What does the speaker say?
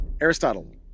Aristotle